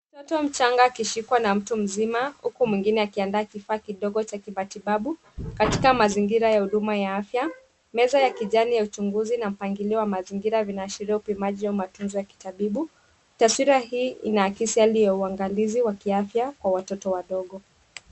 Mtoto mchanga akishikwa na mtu mzima, huku mwingine akiandaa kifaa kidogo cha kimatibabu, katika mazingira ya huduma ya afya. Meza ya kijani ya uchunguzi na mpangilio wa mazingira vinaashiria upimaji wa matunzo ya kitabibu. Taswira hii inaakisi hali ya uangalizi wa kiafya kwa watoto wadogo.